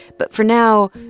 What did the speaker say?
but for now,